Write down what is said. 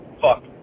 fuck